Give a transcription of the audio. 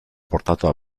portato